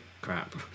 crap